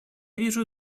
вижу